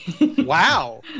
Wow